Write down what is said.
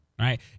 right